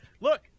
Look